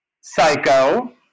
Psycho